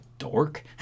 dork